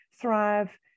thrive